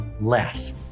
less